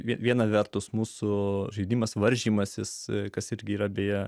viena vertus mūsų žaidimas varžymasis kas irgi yra beje